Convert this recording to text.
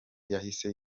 yahise